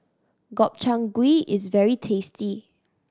Gobchang Gui is very tasty